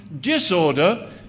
disorder